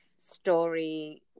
story